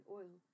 oil